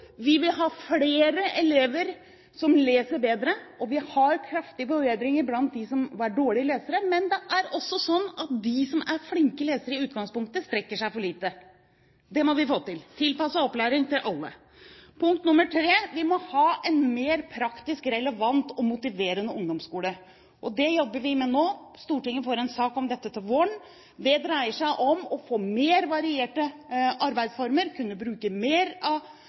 Vi vil ha flere elever som leser bedre. Vi har kraftige forbedringer når det gjelder dårlige lesere, men det er også sånn at de som er flinke lesere i utgangspunktet, strekker seg for lite. Vi må få til tilpasset opplæring til alle. For det tredje: Vi må ha en mer praktisk, relevant og motiverende ungdomsskole, og det jobber vi med nå. Stortinget får en sak om dette til våren. Det dreier seg om å få mer varierte arbeidsformer, å kunne bruke mer av